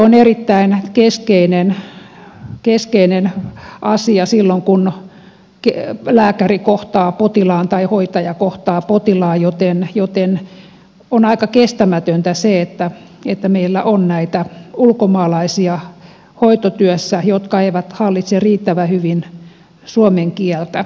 kielitaito on erittäin keskeinen asia silloin kun lääkäri kohtaa potilaan tai hoitaja kohtaa potilaan joten on aika kestämätöntä se että meillä on hoitotyössä näitä ulkomaalaisia jotka eivät hallitse riittävän hyvin suomen kieltä